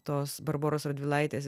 tos barboros radvilaitės